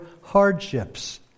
hardships